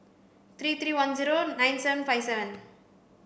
three three one zero nine seven five seven